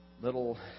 little